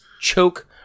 choke